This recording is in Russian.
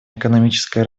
экономическое